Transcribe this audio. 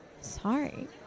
Sorry